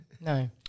no